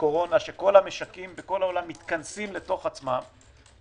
קורונה שכל המשקים וכל העולם מתכנסים בתוך עצמם,